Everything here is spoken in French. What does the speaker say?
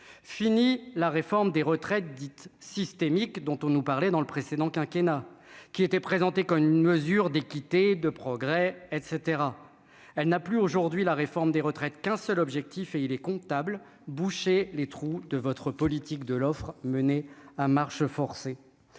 fini la réforme des retraites dites systémiques, dont on nous parlait dans le précédent quinquennat qui était présenté comme une mesure d'équité de progrès etc, elle n'a plus aujourd'hui la réforme des retraites qu'un seul objectif, et il est comptable boucher les trous de votre politique de l'offre menée à marche forcée,